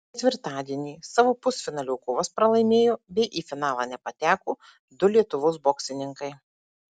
ketvirtadienį savo pusfinalio kovas pralaimėjo bei į finalą nepateko du lietuvos boksininkai